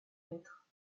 maître